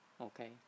Okay